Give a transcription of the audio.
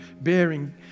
bearing